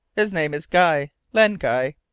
his name is guy len guy.